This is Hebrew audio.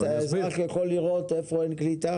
אזרח יכול לראות איפה אין קליטה?